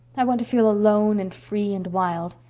i want to feel alone and free and wild.